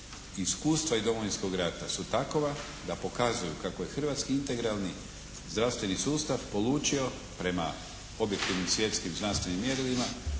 iskustva Domovinskog rata su takova da pokazuju kako je hrvatski integralni zdravstveni sustav polučio prema objektivnim, svjetskim znanstvenim mjerilima